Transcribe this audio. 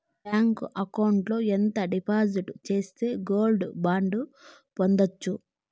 Bank account లో ఎంత డిపాజిట్లు సేస్తే గోల్డ్ బాండు పొందొచ్చు?